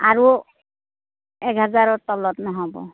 আৰু এক হাজাৰৰ তলত নহ'ব